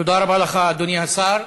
תודה רבה לך, אדוני השר.